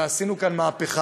ועשינו כאן מהפכה,